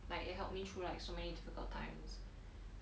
like it helped me through like so many difficult times